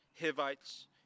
Hivites